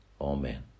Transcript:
Amen